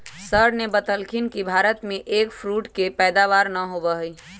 sir ने बतल खिन कि भारत में एग फ्रूट के पैदावार ना होबा हई